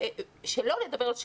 שלא לדבר על שקיפות.